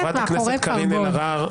חברת הכנסת אלהרר,